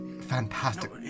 fantastic